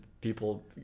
people